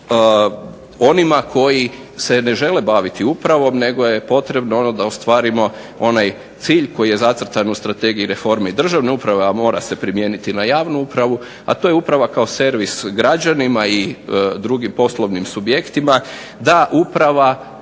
onima koji se ne žele baviti upravom nego je potrebno ono da ostvarimo onaj cilj koji je zacrtan u Strategiji reforme državne uprave, a mora se primijeniti na javnu upravu, a to je uprava kao servis građanima i drugim poslovnim subjektima, da uprava